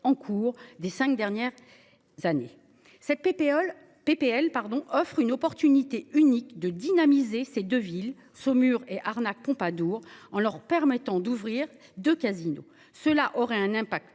en cours des cinq dernières. Années cette PPE le PPL pardon offre une opportunité unique de dynamiser ces deux villes Saumur et arnaques Pompadour en leur permettant d'ouvrir de casinos, cela aurait un impact